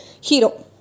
hero